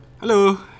Hello